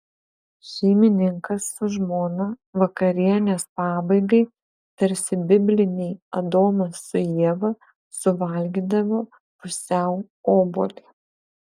šeimininkas su žmona vakarienės pabaigai tarsi bibliniai adomas su ieva suvalgydavo pusiau obuolį